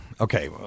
Okay